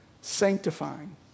sanctifying